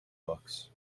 books